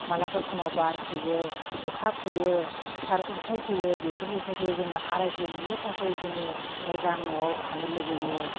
मालाबा समाव बार फैयो अखा फैयो सारन्थाइ फैयो बेफोरनिफ्रायबो जोङो आरायग' मोननो थाखै जोङो मोजां न'आव थानो लुबैयो